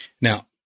Now